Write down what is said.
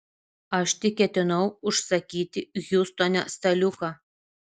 aš tik ketinau užsakyti hjustone staliuką